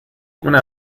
una